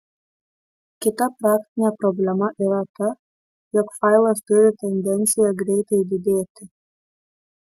kita praktinė problema yra ta jog failas turi tendenciją greitai didėti